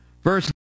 First